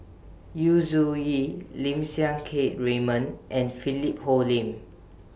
Yu Zhuye Lim Siang Keat Raymond and Philip Hoalim